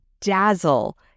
dazzle